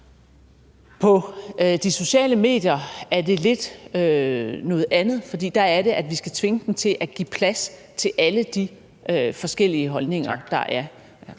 På de sociale medier er det lidt noget andet, for der er det, at vi skal tvinge dem til at give plads til alle de forskellige holdninger, der er.